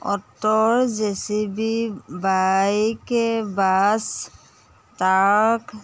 অটৰ J C B bike bus তাৰাক